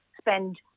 spend